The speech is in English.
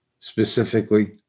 specifically